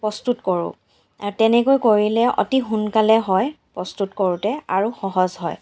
প্ৰস্তুত কৰোঁ আৰু তেনেকৈ কৰিলে অতি সোনকালে হয় প্ৰস্তুত কৰোঁতে আৰু সহজ হয়